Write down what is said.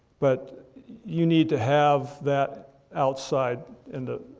but you need to have that outside in the,